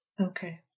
Okay